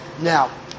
Now